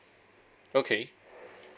okay